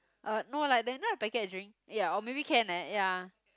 uh no like you know the packet drink ya or maybe can like ya